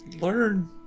learn